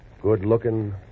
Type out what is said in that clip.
Good-looking